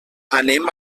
anem